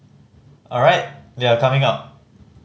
alright they are coming out